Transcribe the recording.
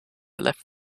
left